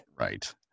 Right